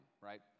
right